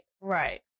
right